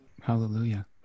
Hallelujah